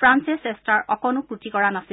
ফ্ৰান্সে চেষ্টাৰ অকণো ক্ৰটি কৰা নাছিল